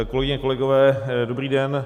Kolegyně, kolegové, dobrý den.